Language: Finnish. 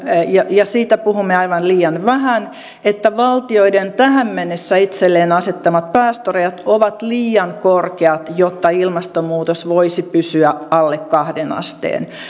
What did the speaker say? ja siitä puhumme aivan liian vähän että valtioiden tähän mennessä itselleen asettamat päästörajat ovat liian korkeat jotta ilmastonmuutos voisi pysyä alle kahteen asteen